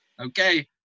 Okay